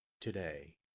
today